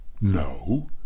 no